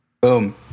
Boom